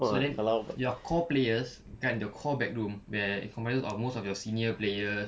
so then your core players kan the core backroom where it comprises of most of your senior players